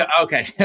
Okay